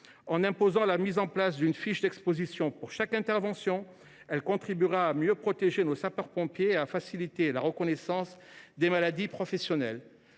En imposant la mise en place d’une fiche d’exposition pour chaque intervention, elle favorisera l’amélioration de la protection de nos sapeurs pompiers et facilitera la reconnaissance des maladies professionnelles.